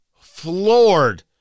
floored